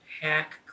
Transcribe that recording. hack